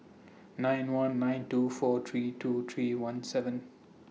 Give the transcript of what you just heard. nine one nine two four three two three one seven